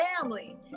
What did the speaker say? family